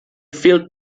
phil